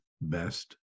best